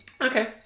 Okay